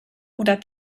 oder